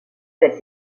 fait